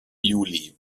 juli